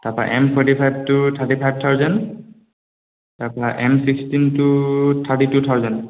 তাৰ পৰা M forty ফাইভটো থাৰ্টি ফাইভ থাউজেণ্ড তাৰ পৰা এম ছিক্সটিনটো থাৰ্টি টু থাউজেণ্ড